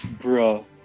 bro